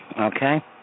okay